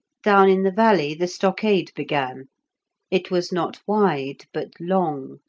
down in the valley the stockade began it was not wide but long.